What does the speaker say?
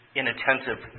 inattentive